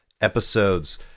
episodes